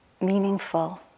meaningful